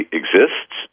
exists